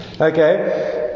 okay